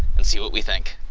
and see what we think.